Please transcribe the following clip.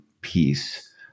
piece